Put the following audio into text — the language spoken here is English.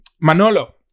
Manolo